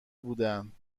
بودند